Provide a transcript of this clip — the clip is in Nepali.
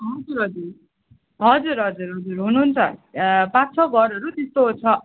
हजुर हजुर हजुर हजुर हुनुहुन्छ पाँच छ घरहरू त्यस्तो छ